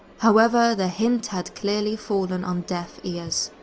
however, the hint had clearly fallen on deaf ears.